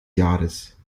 jahres